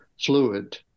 fluid